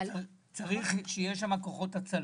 צריך שיהיו שם כוחות הצלה.